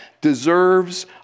deserves